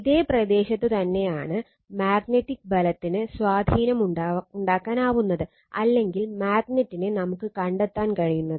ഇതേ പ്രദേശത്തു തന്നെയാണ് മാഗ്നെറ്റിക് ബലത്തിന് സ്വാധീനം ഉണ്ടാക്കാൻ ആവുന്നത് അല്ലെങ്കിൽ മാഗ്നെറ്റിനെ നമുക്ക് കണ്ടെത്താൻ കഴിയുന്നത്